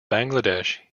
bangladesh